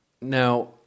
Now